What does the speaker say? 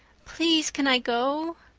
please can i go?